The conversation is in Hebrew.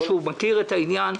שמכיר את העניין,